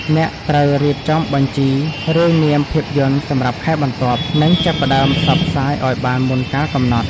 អ្នកត្រូវរៀបចំបញ្ជីរាយនាមភាពយន្តសម្រាប់ខែបន្ទាប់ និងចាប់ផ្ដើមផ្សព្វផ្សាយឱ្យបានមុនកាលកំណត់។